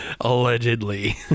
allegedly